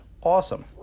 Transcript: awesome